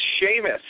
Sheamus